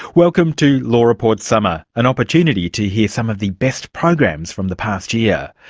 welcome to law report summer, an opportunity to hear some of the best programs from the past year.